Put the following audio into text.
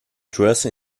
dressed